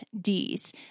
Ds